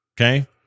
Okay